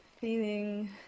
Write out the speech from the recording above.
feeling